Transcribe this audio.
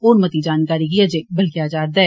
होर मती जानकारी गी अजें बलगेआ जारदा ऐ